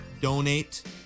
donate